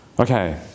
Okay